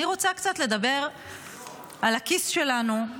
אני רוצה לדבר על הכיס שלנו,